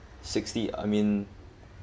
sixty I mean